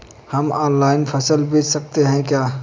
हम ऑनलाइन फसल बेच सकते हैं क्या?